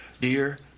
dear